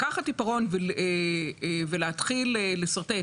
לקחת עיפרון ולהתחיל לשרטט,